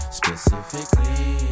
specifically